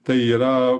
tai yra